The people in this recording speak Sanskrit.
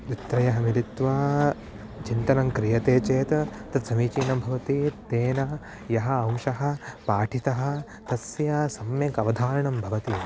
द्वित्रयः मिलित्वा चिन्तनं क्रियते चेत् तत् समीचीनं भवति तेन यः अंशः पाठितः तस्य सम्यक् अवधारणं भवति